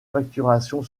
facturation